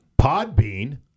Podbean